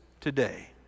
today